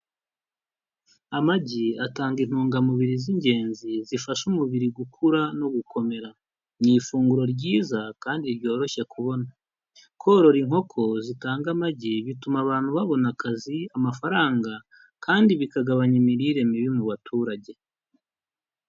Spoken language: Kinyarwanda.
Amagi atanga intungamubiri z'ingenzi, zifasha umubiri gukura, no gukomera. Ni ifunguro ryiza, kandi ryoroshye kubona. Korora inkoko, zitanga amagi bituma abantu babona akazi, amafaranga kandi bikagabanya imirire mibi mu baturage.